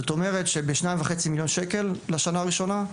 זאת אומרת שבשניים וחצי מיליון שקל לשנה הראשונה,